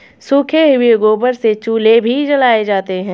सूखे हुए गोबर से चूल्हे भी जलाए जाते हैं